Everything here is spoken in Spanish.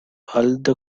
aldo